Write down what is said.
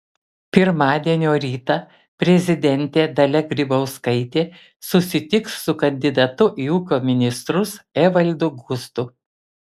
pirmadienio rytą prezidentė dalia grybauskaitė susitiks su kandidatu į ūkio ministrus evaldu gustu